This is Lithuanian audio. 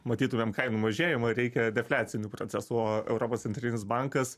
matytumėm kainų mažėjimą reikia defliacinių procesų o europos centrinis bankas